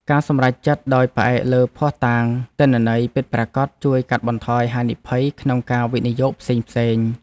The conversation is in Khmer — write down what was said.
ការសម្រេចចិត្តដោយផ្អែកលើភស្តុតាងទិន្នន័យពិតប្រាកដជួយកាត់បន្ថយហានិភ័យក្នុងការវិនិយោគផ្សេងៗ។